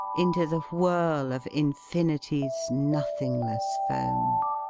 into the whirl of infinity s nothinglessfoam